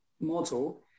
model